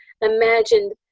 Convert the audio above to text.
imagined